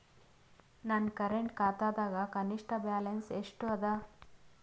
ನನ್ನ ಕರೆಂಟ್ ಖಾತಾದಾಗ ಕನಿಷ್ಠ ಬ್ಯಾಲೆನ್ಸ್ ಎಷ್ಟು ಅದ